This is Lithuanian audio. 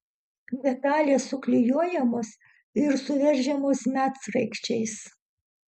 detalės suklijuojamos ir suveržiamos medsraigčiais